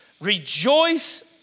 rejoice